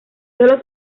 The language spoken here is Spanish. sólo